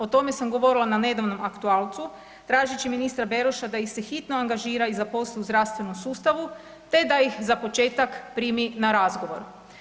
O tome sam govorila na nedavnom aktualcu, tražeći ministra Beroša da ih hitno angažira i zaposli u zdravstvenom sustavu te da ih za početak primi na razgovor.